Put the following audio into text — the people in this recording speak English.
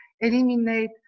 eliminate